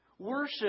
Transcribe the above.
Worship